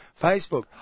Facebook